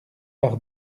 par